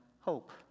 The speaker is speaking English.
hope